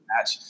match